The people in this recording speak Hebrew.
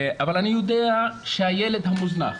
אבל אני יודע שהילד המוזנח